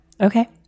Okay